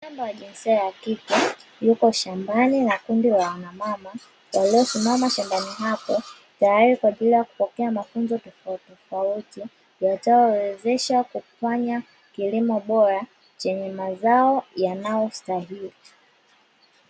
Manamama mwenye jinsia ya kike yupo shambani na kundi la wana mama waliosimama shambani apo tayari kwa ajili ya kupokea mafunzo tofauti tofauti yatayowezesha kufanya kilimo bora kwenye mazao yanayostahili.